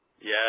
Yes